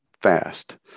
fast